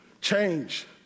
Change